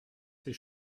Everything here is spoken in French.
ses